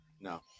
No